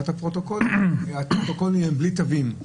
את הפרוטוקולים הפרוטוקולים הם בלי תווים.